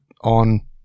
on